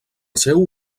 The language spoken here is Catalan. seu